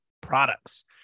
products